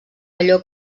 allò